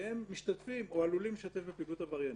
שהם משתתפים או עלולים להשתתף בפעילות עבריינית,